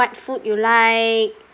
what food you like